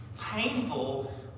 painful